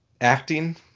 acting